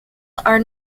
are